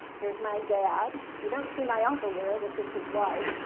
here's my dad. you don't see my uncle there. this is his wife.